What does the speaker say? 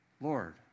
Lord